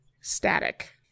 static